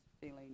feeling